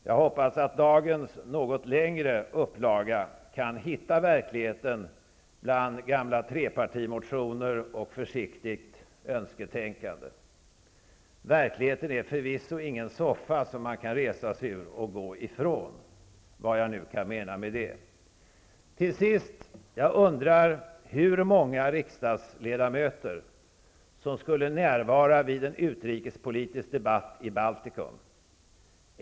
Jag hoppas att dagens något längre upplaga kan hitta verkligheten bland gamla trepartimotioner och försiktigt önsketänkande. Verkligheten är förvisso ingen soffa som man kan resa sig ur och gå ifrån -- vad jag nu kan mena med det. Till sist undrar jag hur många riksdagsledamöter som skulle närvara vid en utrikespolitisk debatt i Baltikum.